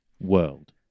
World